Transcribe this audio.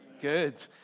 Good